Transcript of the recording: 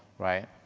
right?